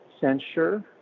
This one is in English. censure